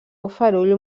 bofarull